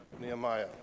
Nehemiah